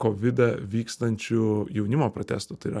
kovidą vykstančių jaunimo protestų tai yra